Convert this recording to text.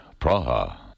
Praha